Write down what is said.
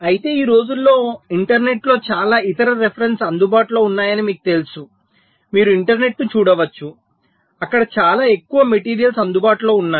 అయితే ఈ రోజుల్లో ఇంటర్నెట్లో చాలా ఇతర రెఫరెన్సెస్ అందుబాటులో ఉన్నాయని మీకు తెలుసు మీరు ఇంటర్నెట్ను చూడవచ్చు అక్కడ చాలా ఎక్కువ మెటీరియల్స్ అందుబాటులో ఉన్నాయి